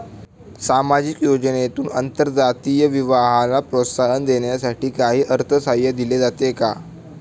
सामाजिक योजनेतून आंतरजातीय विवाहाला प्रोत्साहन देण्यासाठी काही अर्थसहाय्य दिले जाते का?